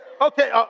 okay